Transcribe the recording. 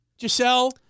giselle